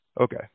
Okay